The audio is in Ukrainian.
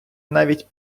навіть